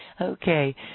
Okay